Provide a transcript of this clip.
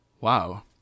Wow